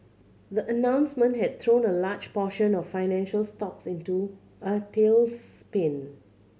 the announcement had thrown a large portion of financial stocks into a tailspin